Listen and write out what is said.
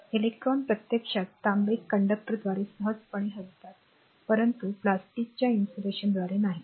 electron प्रत्यक्षात तांबे कंडक्टरद्वारे सहजपणे हलतात परंतु प्लास्टिकच्या इन्सुलेशनद्वारे नाहीत